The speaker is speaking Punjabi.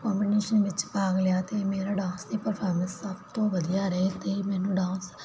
ਕੋਮਪੀਟੀਸ਼ਨ ਵਿਚ ਭਾਗ ਲਿਆ ਤੇ ਮੇਰਾ ਡਾਂਸ ਦੀ ਪਰਫਾਰਮੈਂਸ ਸਭ ਤੋਂ ਵਧੀਆ ਰਹੇ ਤੇ ਮੈਨੂੰ ਡਾਂਸ